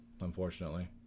unfortunately